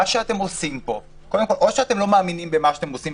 אז או אתם לא מאמינים במה שאתם עושים,